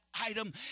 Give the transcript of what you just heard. item